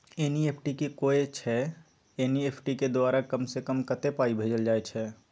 NEFT की होय छै एन.ई.एफ.टी के द्वारा कम से कम कत्ते पाई भेजल जाय छै?